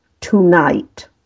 tonight